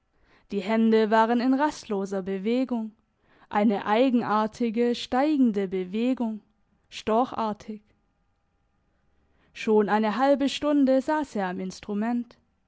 die hände waren in rastloser bewegung eine eigenartige steigende bewegung storchartig schon eine halbe stunde sass er am instrument